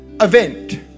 event